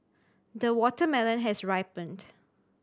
the watermelon has ripened